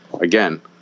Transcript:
again